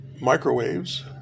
microwaves